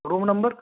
room number